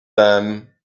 them